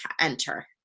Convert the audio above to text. enter